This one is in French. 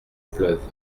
pleuve